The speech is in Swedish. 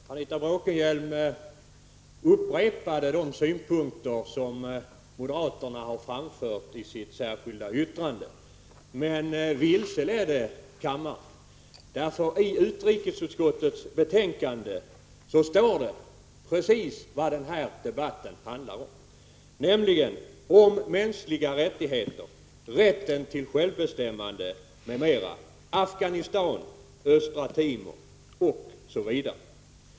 Herr talman! Anita Bråkenhielm upprepade de synpunkter som moderaterna har framfört i sitt särskilda yttrande men vilseledde kammaren. I utrikesutskottets betänkande står precis vad den här debatten handlar om, nämligen mänskliga rättigheter, rätten till självbestämmande m.m., Afghanistan, Östra Timor osv.